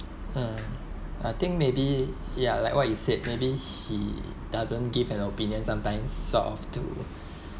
uh I think maybe ya like what you said maybe he doesn't give an opinion sometimes sort of to